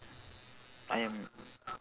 ayam